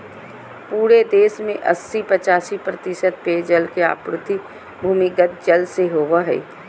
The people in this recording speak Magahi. पूरे देश में अस्सी पचासी प्रतिशत पेयजल के आपूर्ति भूमिगत जल से होबय हइ